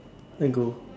let go